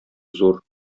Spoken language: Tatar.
зур